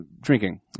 drinking